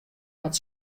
hat